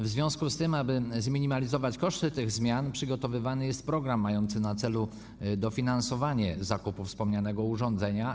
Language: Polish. W związku z tym, aby zminimalizować koszty tych zmian, przygotowywany jest program mający na celu dofinansowanie zakupu wspomnianego urządzenia.